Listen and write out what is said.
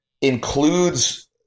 includes